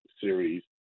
series